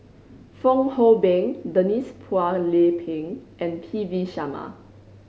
Fong Hoe Beng Denise Phua Lay Peng and P V Sharma